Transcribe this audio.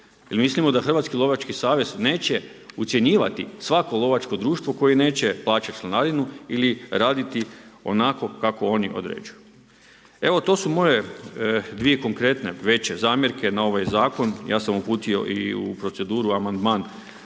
mislimo da Hrvatski lovački savez neće ucjenjivati svako lovačko društvo koje neće plaćati članarinu ili raditi onako kako oni određuju. To su moje dvije konkretne, veće zamjerke na ovaj zakon, ja sam uputio i u proceduru amandman